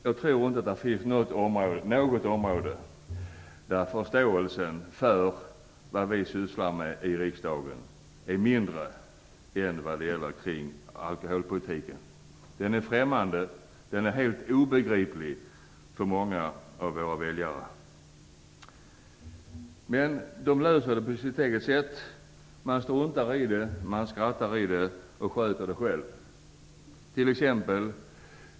Jag tror inte att det finns något område där förståelsen för vad vi sysslar med i riksdagen är mindre än när det gäller alkoholpolitiken. Det är främmande, helt obegripligt för många av våra väljare. Men de löser det på sitt eget sätt. Man skrattar åt det och sköter det själv.